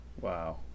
Wow